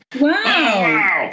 Wow